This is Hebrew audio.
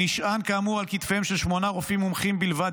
הנשען כאמור על כתפיהם של שמונה רופאים מומחים בלבד,